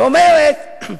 זאת אומרת,